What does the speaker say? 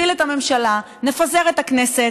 נפיל את הממשלה,